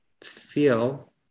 feel